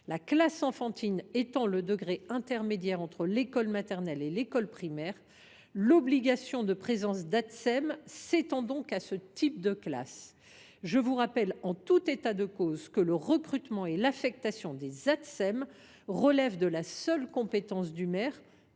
La classe enfantine étant le degré intermédiaire entre l’école maternelle et l’école primaire, l’obligation de présence d’Atsem s’étend donc à ce type de classe. Je vous rappelle en tout état de cause que le recrutement et l’affectation des Atsem relèvent de la seule compétence du maire,